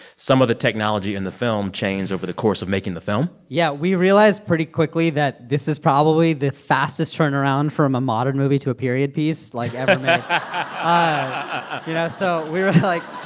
some of the technology in the film changed over the course of making the film yeah. we realized pretty quickly that this is probably the fastest turnaround from a modern movie to a period piece, like, ever made you know? so we were like.